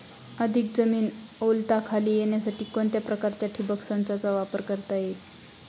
अधिक जमीन ओलिताखाली येण्यासाठी कोणत्या प्रकारच्या ठिबक संचाचा वापर करता येईल?